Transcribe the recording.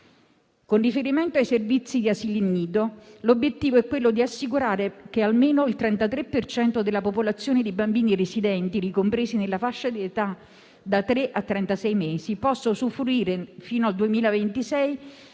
Con riferimento ai servizi di asili nido, l'obiettivo è quello di assicurare che almeno il 33 per cento della popolazione di bambini residenti ricompresi nella fascia di età da 3 a 36 mesi possa usufruire entro il 2026 del